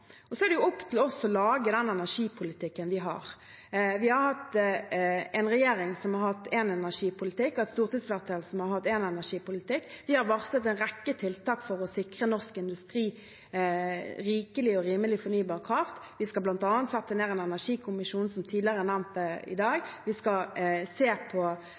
har. Vi har hatt en regjering som har hatt én energipolitikk og et stortingsflertall som har hatt én energipolitikk. Vi har varslet en rekke tiltak for å sikre norsk industri rikelig og rimelig fornybar kraft. Vi skal bl.a. sette ned en energikommisjon, som nevnt tidligere i dag. Vi skal se på